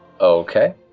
Okay